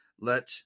let